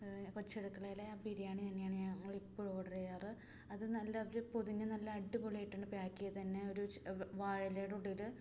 കൊച്ചടുക്കളയിലെ ബിരിയാണി തന്നെയാണ് ഞങ്ങൾ ഇപ്പഴും ഓർഡർ ചെയ്യാറ് അത് നല്ല അവർ പൊതിഞ്ഞ് നല്ല അടിപൊളിയായിട്ടാണ് പാക്ക് ചെയ്തുതരുന്നത് ഒരു ഒരു വാഴയിലയുടെ കൂടെ ഒരു